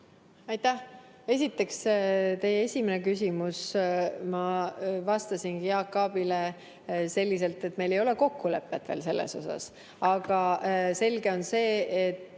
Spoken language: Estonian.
Aitäh! Esiteks, teie esimene küsimus. Ma vastasin Jaak Aabile selliselt, et meil ei ole selles veel kokkulepet. Aga selge on see, et